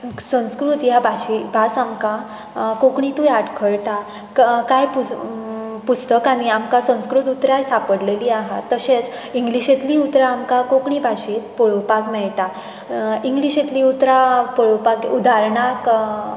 संस्कृत ह्या भाशे भास आमकां कोंकणींतूय आडखळटा कांय पुस्तकांनीं आमकां संस्कृत उतरां सापडलेलीं आहां तशेंच इंग्लिशेंतलींय उतरां आमकां कोंकणी भाशेंत पळोवपाक मेळटात इंग्लिशींतली उतरां पळोवपाक उदाहरणार्थ